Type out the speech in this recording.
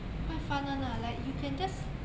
quite fun [one] lah like you can just